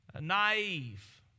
Naive